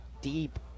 deep